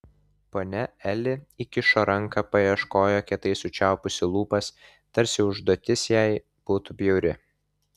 ponia eli įkišo ranką paieškojo kietai sučiaupusi lūpas tarsi užduotis jai būtų bjauri